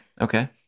Okay